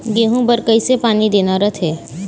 गेहूं बर कइसे पानी देना रथे?